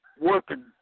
working